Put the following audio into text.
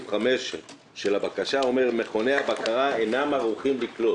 5 של הבקשה אומר: "מכוני הבקרה אינם ערוכים לקלוט".